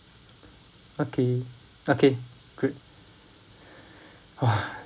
okay okay great !wah!